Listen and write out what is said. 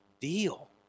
deal